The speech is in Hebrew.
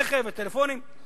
ורכב וטלפונים.